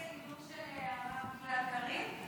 אתה קורא מהסידור של הרב גלעד קריב?